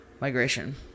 migration